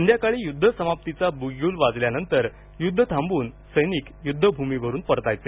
संध्याकाळी युद्ध समाप्तीचा बिगुल वाजल्यावर युद्ध थांबवून सैनिक युद्ध भूमीवरून परतायचे